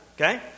Okay